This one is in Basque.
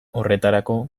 horretarako